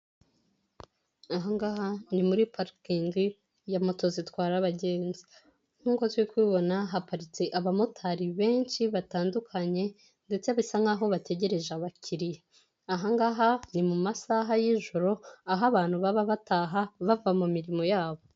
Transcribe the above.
Ahangaha ni muri parikingi ya moto zitwara abagenzi, nkuko turi kubibona haparitse abamotari benshi batandukanye, ndetse bisa nkaho bategereje abakiriya, ahangaha ni mu masaha y'ijoro aho abantu baba bataha bava mu mirimo yabo.